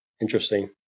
Interesting